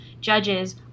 judges